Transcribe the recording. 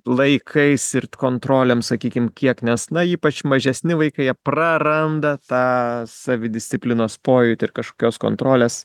laikais ir t kontrolėm sakykim kiek nes na ypač mažesni vaikai jie praranda tą savidisciplinos pojūtį ir kažkokios kontrolės